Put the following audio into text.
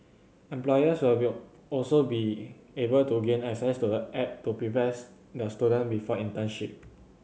employers will be also be able to gain access to the app to prepares the student before internship